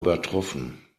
übertroffen